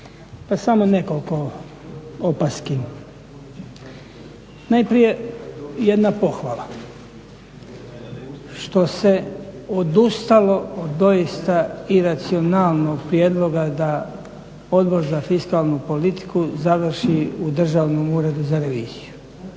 Pa samo nekolko opaski. Najprije jedna pohvala, što se odustalo od doista iracionalnog prijedloga da Odbor za fiskalnu politiku završi u državnom uredu za reviziju.